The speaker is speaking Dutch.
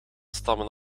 stammen